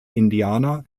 indianer